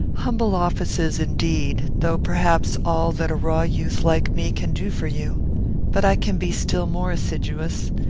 humble offices, indeed, though, perhaps, all that a raw youth like me can do for you but i can be still more assiduous.